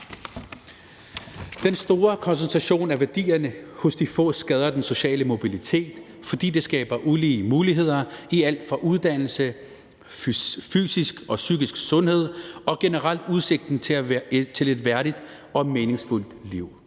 Den store koncentration af værdierne hos de få skader den sociale mobilitet, fordi det skaber ulige muligheder i alt fra uddannelse, fysisk og psykisk sundhed og generelt udsigten til et værdigt og meningsfuldt liv.